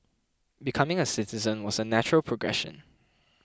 becoming a citizen was a natural progression